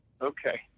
Okay